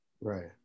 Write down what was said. right